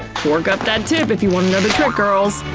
fork up that tip if you want another girls!